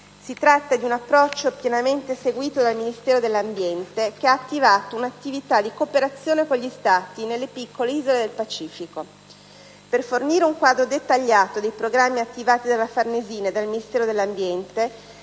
Si tratta di un approccio pienamente seguito dal Ministero dell'ambiente che ha attivato un'attività di cooperazione con gli Stati delle piccole isole del Pacifico. Per fornire un quadro dettagliato dei programmi attivati dalla Farnesina e dal Ministero dell'ambiente,